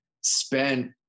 spent